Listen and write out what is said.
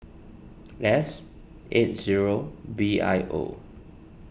S eight zero B I O